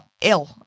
ill